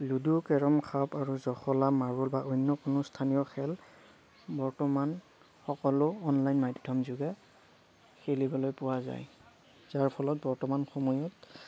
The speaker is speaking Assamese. লুডু কেৰম সাপ আৰু জখলা মাৰ্বল বা অন্য কোনো স্থানীয় খেল বৰ্তমান সকলো অনলাইন মাধ্যম যোগে খেলিবলৈ পোৱা যায় যাৰ ফলত বৰ্তমান সময়ত